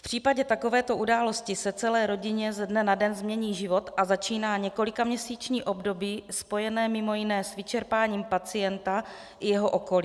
V případě takovéto události se celé rodině ze dne na den změní život a začíná několikaměsíční období spojené mimo jiné s vyčerpáním pacienta i jeho okolí.